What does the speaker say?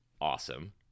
awesome